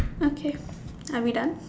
okay are we done